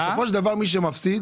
בסופו של דבר מי שמפסיד,